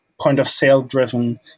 point-of-sale-driven